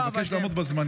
אני מבקש לעמוד בזמנים.